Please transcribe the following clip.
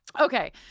Okay